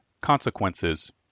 Consequences